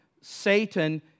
Satan